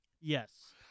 yes